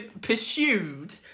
Pursued